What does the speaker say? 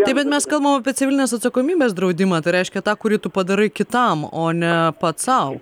taip bet mes kalbam apie civilinės atsakomybės draudimą tai reiškia tą kurį tu padarai kitam o ne pats sau